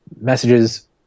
messages